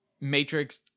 matrix